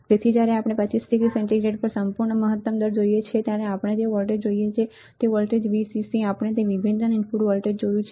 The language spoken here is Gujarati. તેથી જ્યારે આપણે 25 ડિગ્રી સેન્ટિગ્રેડ પર સંપૂર્ણ મહત્તમ દર જોઈએ છીએ ત્યારે આપણે જે જોઈએ છીએ તે વોલ્ટેજ Vcc આપણે તે વિભેદન ઇનપુટ વોલ્ટેજ જોયું છે